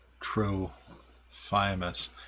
Trophimus